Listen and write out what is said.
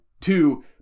two